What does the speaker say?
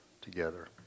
together